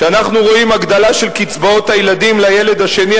כשאנחנו רואים הגדלה של קצבאות הילדים לילד השני,